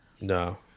No